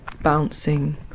bouncing